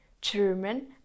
German